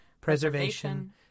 preservation